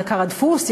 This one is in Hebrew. יקר הדפוס,